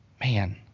Man